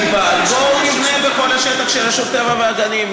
בואו נבנה בכל השטח של רשות הטבע והגנים.